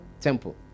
temple